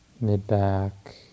mid-back